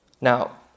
Now